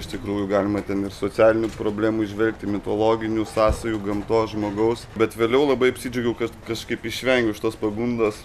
iš tikrųjų galima ten ir socialinių problemų įžvelgti mitologinių sąsajų gamtos žmogaus bet vėliau labai apsidžiaugiau kad kažkaip išvengiau šitos pagundos